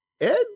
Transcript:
Ed